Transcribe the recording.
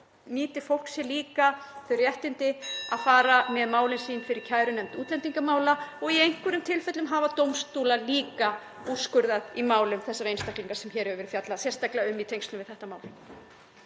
nýtir fólk sér líka þau réttindi (Forseti hringir.) að fara með mál sín fyrir kærunefnd útlendingamála og í einhverjum tilfellum hafa dómstólar líka úrskurðað í málum þessara einstaklinga sem hér hefur verið fjallað um, sérstaklega í tengslum við þetta mál.